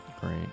great